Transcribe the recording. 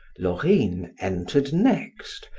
laurine entered next,